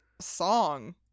song